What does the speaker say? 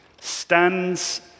stands